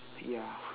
ya